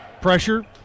Pressure